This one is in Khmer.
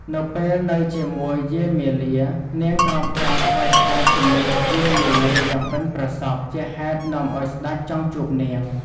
ក្នុងពេលនៅជាមួយយាយមាលា នាងក្រងផ្កាថ្វាយស្តេចជំនួសយាយមាលាយ៉ាងប៉ិនប្រសប់ ជាហេតុនាំឱ្យស្តេចចង់ជួបនាង។